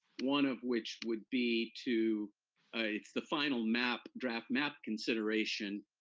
one of which would be to, it's the final map, draft map consideration,